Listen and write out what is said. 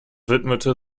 widmete